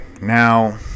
Now